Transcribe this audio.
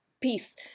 peace